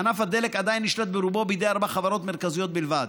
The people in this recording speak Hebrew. ענף הדלק עדיין נשלט ברובו בידי ארבע חברות מרכזיות בלבד.